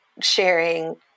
sharing